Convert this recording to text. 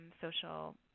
social